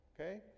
Okay